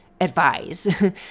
advise